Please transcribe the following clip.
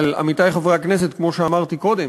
אבל, עמיתי חברי הכנסת, כמו שאמרתי קודם,